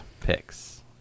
Picks